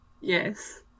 Yes